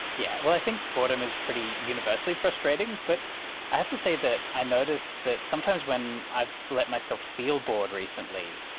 yeah i think boredom is pretty universally frustrating, but i have to say that i noticed that sometimes when i've let myself feel bored recently,